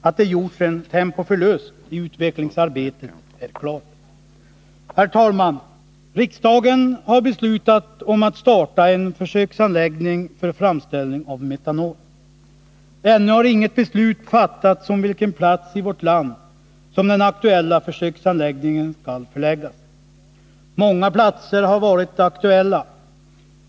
Att det gjorts en tempoförlust i utvecklingsarbetet är klart. Herr talman! Riksdagen har beslutat att en försöksanläggning för framställning av metanol skall startas. Ännu har inget beslut fattats om vilken plats i vårt land den aktuella försöksanläggningen skall förläggas till. Många platser har varit aktuella.